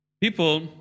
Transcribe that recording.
People